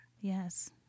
Yes